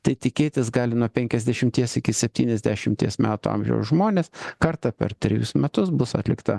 tai tikėtis gali nuo penkiasdešimties iki septyniasdešimties metų amžiaus žmonės kartą per trejus metus bus atlikta